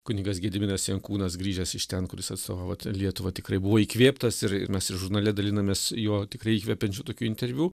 kunigas gediminas jankūnas grįžęs iš ten kuris atstovavo lietuvą tikrai buvo įkvėptas ir ir mes ir žurnale dalinomės jo tikrai įkvepiančiu tokiu interviu